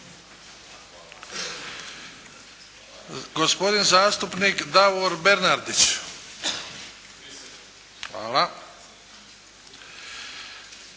Hvala